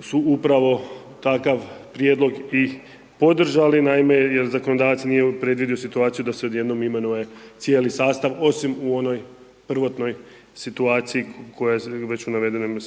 su upravo takav prijedlog i podržali. Naime jer zakonodavac nije predvidio situaciju da se odjednom imenuje cijeli sastav osim u onoj prvotnoj situaciji koja već u navedenim